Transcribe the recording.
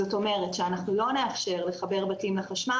זאת אומרת שאנחנו לא נאפשר לחבר בתים לחשמל